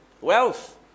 wealth